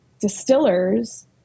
distillers